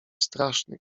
straszny